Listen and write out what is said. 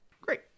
Great